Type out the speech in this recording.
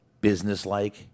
businesslike